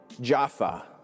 Jaffa